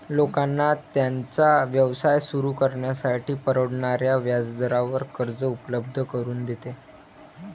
लोकांना त्यांचा व्यवसाय सुरू करण्यासाठी परवडणाऱ्या व्याजदरावर कर्ज उपलब्ध करून देते